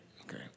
Okay